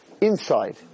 inside